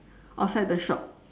outside the shop